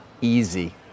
easy